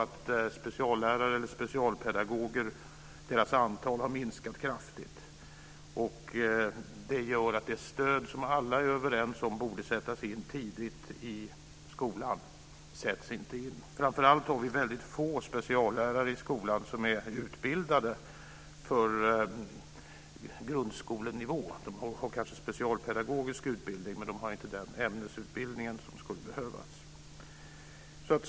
Specialpedagogernas antal har minskat kraftigt. Det gör att det stöd som alla är överens om borde sättas in tidigt i skolan inte sätts in. Det finns framför allt väldigt få speciallärare i skolan som är utbildade för grundskolenivå. De har kanske specialpedagogisk utbildning, men de har inte den ämnesutbildning som skulle behövas.